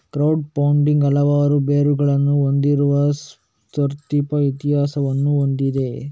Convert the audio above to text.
crowd funding ಹಲವಾರು ಬೇರುಗಳನ್ನು ಹೊಂದಿರುವ ಸುದೀರ್ಘ ಇತಿಹಾಸವನ್ನು ಹೊಂದಿದೆ